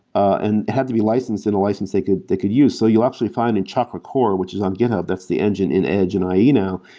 and it had to be licensed in license they could they could use, so you'll actually find in chakracore, which is on github. that's the engine in edge and you know